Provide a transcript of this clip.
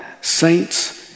saints